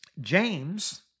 James